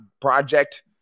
project